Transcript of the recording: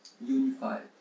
unified